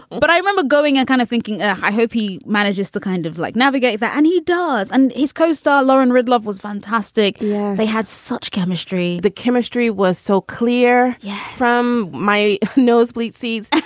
but i remember going and kind of thinking, i hope he manages to kind of like navigate that. and he does. and he's co-star lauren ridd. love was fantastic they had such chemistry. the chemistry was so clear yeah from my nosebleed seats.